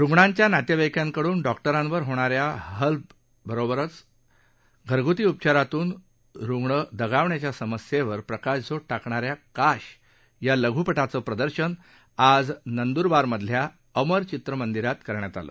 रुग्णांच्या नातेवाईकांकडून डॉक्टरांवर होणाऱ्या हल्ल्याबरोबरच घरग्ती उपचारांतून रुग्ण दगावण्यांच्या समस्येवर प्रकाशझोत टाकणाऱ्या काश लघ्पटाचं प्रदर्शन आज नंद्रबारमधल्या अमर चित्रमंदीरात करण्यात आलं